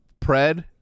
Pred